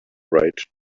right